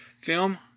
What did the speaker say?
film